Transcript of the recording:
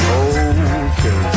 okay